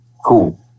Cool